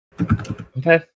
Okay